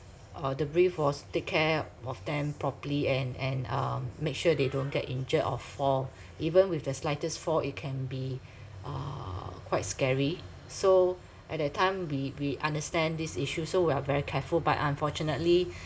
uh the brief was take care of them properly and and um make sure they don't get injured or fall even with the slightest fall it can be uh quite scary so at that time we we understand these issues so we are very careful but unfortunately